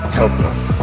helpless